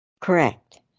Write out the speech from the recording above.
Correct